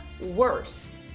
worse